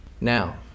Now